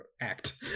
act